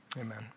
amen